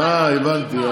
אה, הבנתי.